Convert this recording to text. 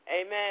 Amen